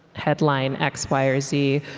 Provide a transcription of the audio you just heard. headline x, y, or z.